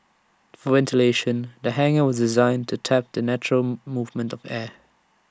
for ventilation the hangar was designed to tap the natural movement of air